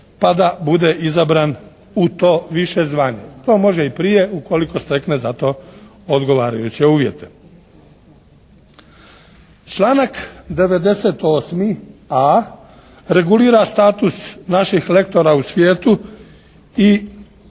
pa da bude izabran u to više zvanje. To može i prije ukoliko stekne za to odgovarajuće uvjete. Članak 98. a., regulira status naših lektora u svijetu i